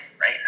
right